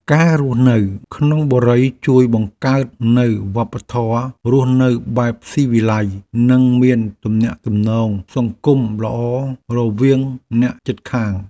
ការរស់នៅក្នុងបុរីជួយបង្កើតនូវវប្បធម៌រស់នៅបែបស៊ីវិល័យនិងមានទំនាក់ទំនងសង្គមល្អរវាងអ្នកជិតខាង។